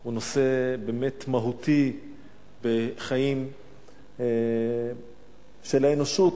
הוא נושא באמת מהותי בחיים של האנושות.